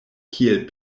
kiel